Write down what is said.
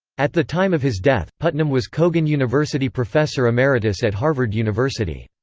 at the time of his death, putnam was cogan university professor emeritus at harvard university.